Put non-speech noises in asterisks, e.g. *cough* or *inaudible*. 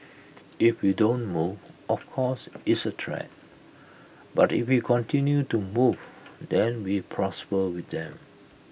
*noise* if you don't move of course it's A threat but if you continue to move then we prosper with them